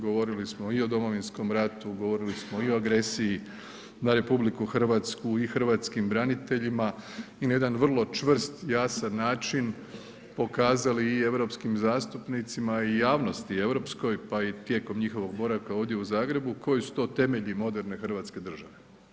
Govorili smo i o Domovinskom ratu, govorili smo i o agresiji na RH i hrvatskim braniteljima i na jedan vrlo čvrst, jasan način pokazali i europskim zastupnicima i javnosti europskoj pa i tijekom njihovog boravka ovdje u Zagrebu koji su to temelji moderne Hrvatske države.